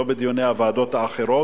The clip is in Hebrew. לא בדיוני הוועדות האחרות,